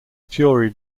fury